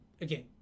again